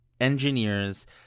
engineers